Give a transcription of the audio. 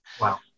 Wow